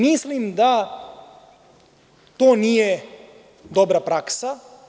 Mislim da to nije dobra praksa.